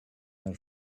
her